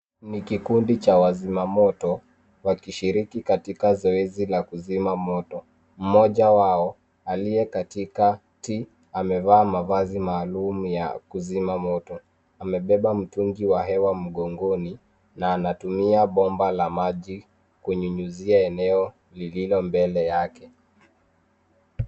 Ni kikundi cha wazima moto wakishiriki katika zoezi la kuzima moto, mmoja wao aliye katikati amevaa mavazi maalum ya kuzima moto, amebeba mtungi maaluma ya hewa mgongoni na anatumia bomba la maji kunyunyizia eneo lililo mbele yake.